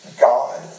God